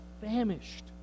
famished